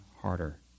harder